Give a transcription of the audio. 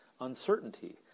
uncertainty